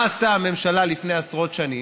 מה עשתה הממשלה לפני עשרות שנים?